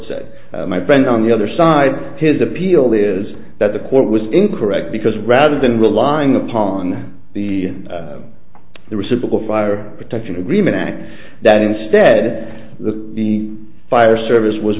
said my friend on the other side his appeal is that the court was incorrect because rather than relying upon the the reciprocal fire protection agreement act that instead the the fire service was